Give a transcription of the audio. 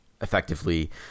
effectively